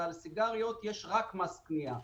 על סיגריות יש רק מס קנייה.